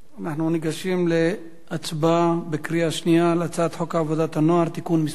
אנחנו ניגשים להצבעה בקריאה שנייה על הצעת חוק עבודת הנוער (תיקון מס'